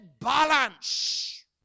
balance